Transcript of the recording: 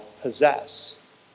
possess